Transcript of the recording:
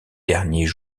derniers